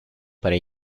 para